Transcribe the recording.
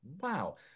wow